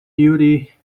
duty